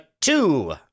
two